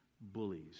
bullies